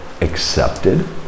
accepted